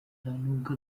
nubwo